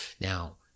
now